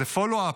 איזה פולו-אפ,